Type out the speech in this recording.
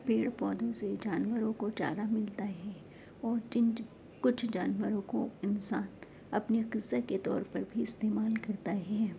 پیڑ پودوں سے جانوروں کو چارہ ملتا ہے اور جن کچھ جانوروں کو انسان اپنے غذا کے طور پر بھی استعمال کرتا ہے